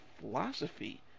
philosophy